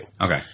Okay